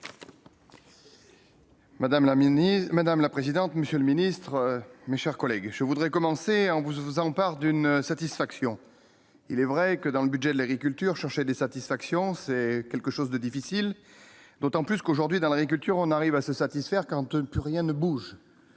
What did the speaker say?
madame la présidente, monsieur le ministre, mes chers collègues, je voudrais commencer en vous faisant part d'une satisfaction, il est vrai que dans le budget de l'agriculture cherchait des satisfactions, c'est quelque chose de difficile, d'autant plus qu'aujourd'hui dans l'agriculture, on arrive à se satisfaire quand ne rien ne bouge,